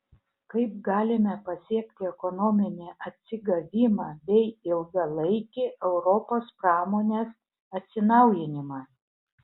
kaip galime pasiekti ekonominį atsigavimą bei ilgalaikį europos pramonės atsinaujinimą